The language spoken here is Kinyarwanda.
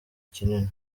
kinini